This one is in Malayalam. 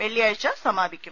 വെള്ളിയാഴ്ച സമാപി ക്കും